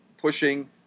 pushing